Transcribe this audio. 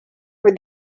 for